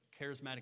charismatic